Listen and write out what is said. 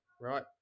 Right